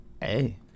Hey